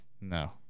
No